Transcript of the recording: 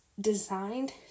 designed